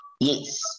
yes